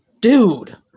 Dude